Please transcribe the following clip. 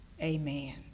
Amen